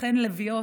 שתיכן לביאות.